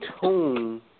tune